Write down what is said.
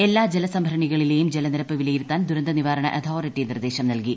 എല്ലാ ജലസംഭരണികളിലേയും ജലനിരപ്പ് വിലയിരുത്താൻ ദുരന്തനിവാരണ അതോറിട്ടി നിർദ്ദേശം നൽകി